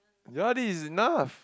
ya this is enough